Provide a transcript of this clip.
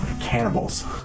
Cannibals